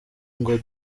ngo